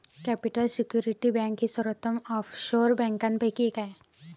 capital security bank ही सर्वोत्तम offshore बँकांपैकी एक आहे